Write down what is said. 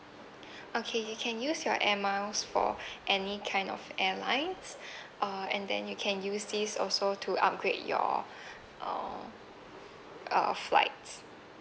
okay you can use your airmiles for any kind of airlines uh and then you can use this also to upgrade your uh uh flights